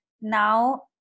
now